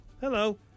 Hello